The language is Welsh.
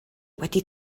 wedi